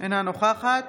אינה נוכחת